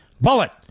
Bullet